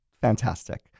fantastic